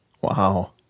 Wow